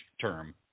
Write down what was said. term